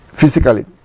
physically